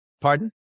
Pardon